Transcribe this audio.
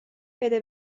بده